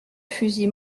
fusil